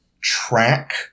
track